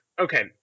okay